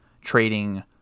trading